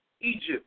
Egypt